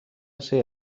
ser